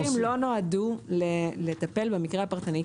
הדיווחים לא נועדו לטפל במקרה הפרטני,